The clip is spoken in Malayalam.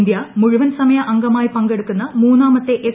ഇന്ത്യ മുഴുവൻ സമയ അംഗമായി പങ്കെടുക്കുന്ന മൂന്നാമത്തെ എസ്